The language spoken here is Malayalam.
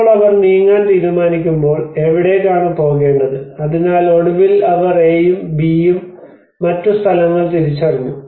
ഇപ്പോൾ അവർ നീങ്ങാൻ തീരുമാനിക്കുമ്പോൾ എവിടേക്കാണ് പോകേണ്ടത് അതിനാൽ ഒടുവിൽ അവർ എയും ബിയും മറ്റു സ്ഥലങ്ങൾ തിരിച്ചറിഞ്ഞു